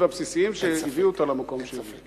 והבסיסיים שהביאו אותה למקום שהם הביאו.